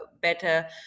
better